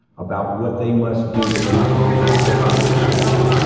about what they must do to maintain popularity or stature.